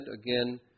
Again